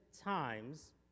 times